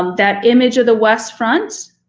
um that image of the west front.